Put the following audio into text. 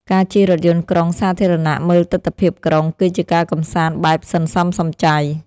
ការជិះរថយន្តក្រុងសាធារណៈមើលទិដ្ឋភាពក្រុង គឺជាការកម្សាន្តបែបសន្សំសំចៃ។